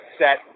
set